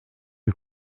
lui